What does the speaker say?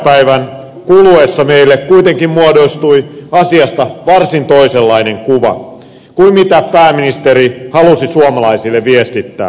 lauantaipäivän kuluessa meille kuitenkin muodostui asiasta varsin toisenlainen kuva kuin mitä pääministeri halusi suomalaisille viestittää